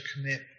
commit